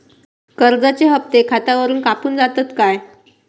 कर्जाचे हप्ते खातावरून कापून जातत काय?